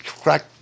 crack